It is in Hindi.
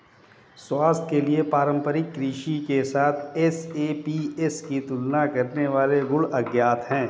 स्वास्थ्य के लिए पारंपरिक कृषि के साथ एसएपीएस की तुलना करने वाले गुण अज्ञात है